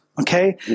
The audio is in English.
okay